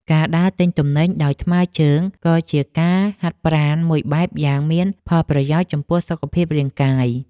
ការដើរទិញទំនិញដោយថ្មើរជើងក៏ជាការហាត់ប្រាណមួយបែបយ៉ាងមានផលប្រយោជន៍ចំពោះសុខភាពរាងកាយ។